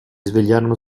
svegliarono